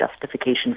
justification